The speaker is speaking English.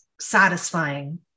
satisfying